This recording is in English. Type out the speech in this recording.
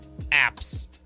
apps